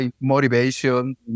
motivation